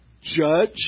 Judge